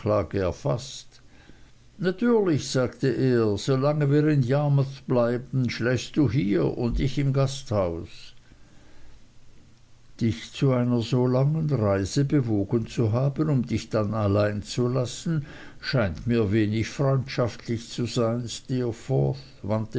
erfaßt natürlich sagte er so lange wir in yarmouth bleiben schläfst du hier und ich im gasthaus dich zu einer so langen reise bewogen zu haben um dich dann allein zu lassen scheint mir wenig freundschaftlich zu sein steerforth wandte